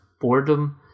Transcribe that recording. boredom